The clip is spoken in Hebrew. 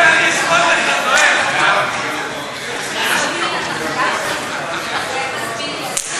תודה רבה לך, אדוני היושב בראש.